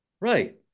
Right